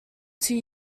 two